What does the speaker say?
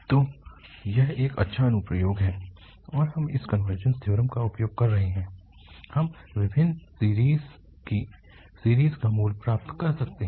तो यह एक अच्छा अनुप्रयोग है कि हम इस कनवर्जस थ्योरम का उपयोग कर रहे हैं हम विभिन्न सीरीज़ की सीरीज़ का मूल्य प्राप्त कर सकते हैं